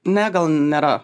ne gal nėra